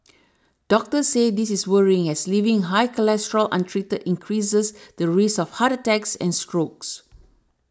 doctors say this is worrying as leaving high cholesterol untreated increases the risk of heart attacks and strokes